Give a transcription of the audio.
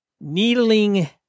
Needling